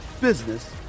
business